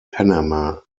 panama